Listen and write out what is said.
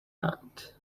hand